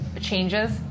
Changes